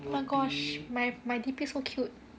oh gosh my my D_P so cute